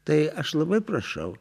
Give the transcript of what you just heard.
tai aš labai prašau